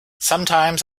sometimes